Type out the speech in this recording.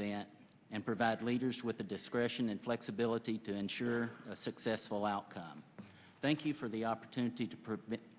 event and provide leaders with the discretion and flexibility to ensure a successful outcome thank you for the opportunity to